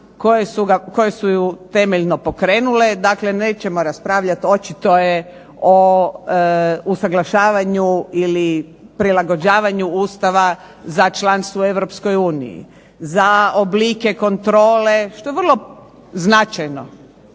koje su je temeljno pokrenule, dakle nećemo raspravljati očito je usuglašavanju ili prilagođavanju Ustava za članstvo u Europskoj uniji, za oblike kontrole, što je vrlo značajno,